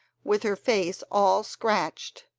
with her face all scratched,